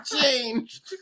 changed